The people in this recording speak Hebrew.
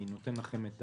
אני נותן לכם את